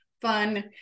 fun